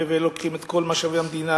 ולוקחים את כל משאבי המדינה,